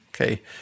Okay